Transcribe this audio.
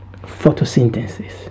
photosynthesis